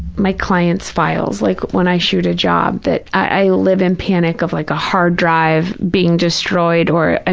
my clients' files, like when i shoot a job, that i live in panic of like a hard drive being destroyed or, i